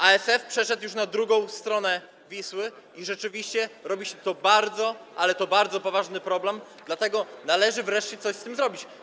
ASF przeszedł już na drugą stronę Wisły i rzeczywiście robi się to bardzo, ale to bardzo poważny problem, dlatego należy wreszcie coś z tym zrobić.